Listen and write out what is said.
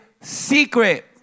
secret